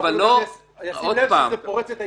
אבל --- ישים לב שזה פורץ את ההתיישנות.